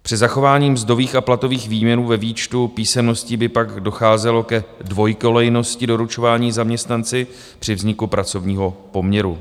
Při zachování mzdových a platových výměrů ve výčtu písemností by pak docházelo ke dvojkolejnosti doručování zaměstnanci při vzniku pracovního poměru.